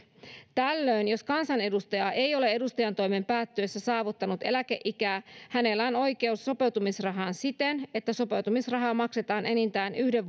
tällöin jos kansanedustaja ei ole edustajantoimen päättyessä saavuttanut eläkeikää hänellä on oikeus sopeutumisrahaan siten että sopeutumisrahaa maksetaan enintään yhden